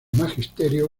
magisterio